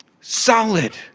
solid